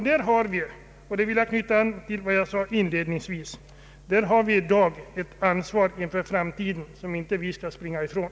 Där har vi — och jag vill knyta an till vad jag sade inledningsvis — ett ansvar inför framtiden som vi inte kan komma ifrån.